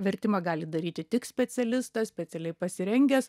vertimą gali daryti tik specialistas specialiai pasirengęs